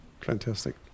fantastic